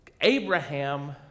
Abraham